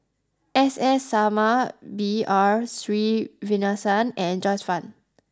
S S Sarma B R Sreenivasan and Joyce Fan